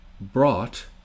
brought